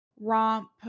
romp